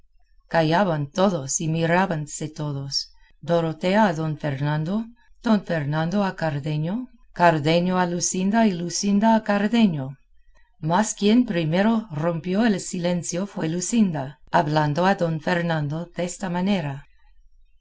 callaban todos y mirábanse todos dorotea a don fernando don fernando a cardenio cardenio a luscinda y luscinda a cardenio mas quien primero rompió el silencio fue luscinda hablando a don fernando desta manera